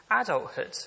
adulthood